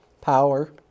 power